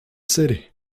city